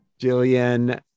Jillian